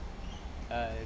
err